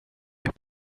your